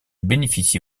bénéficie